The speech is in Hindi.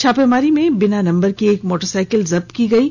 छापेमारी में बिना नम्बर की एक मोटरसायकिल भी जब्त की गई है